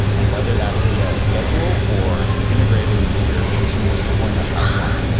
and whether that's via schedule or integrated into your continuous deployment pipeline,